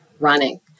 running